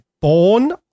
born